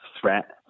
threat